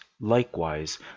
Likewise